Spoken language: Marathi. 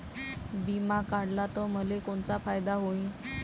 बिमा काढला त मले कोनचा फायदा होईन?